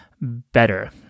better